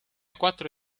quattro